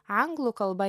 anglų kalba